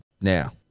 Now